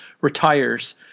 retires